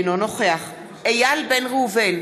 אינו נוכח איל בן ראובן,